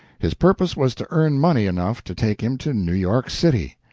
his purpose was to earn money enough to take him to new york city.